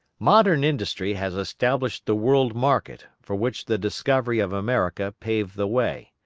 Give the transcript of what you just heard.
modern industry has established the world-market, for which the discovery of america paved the way.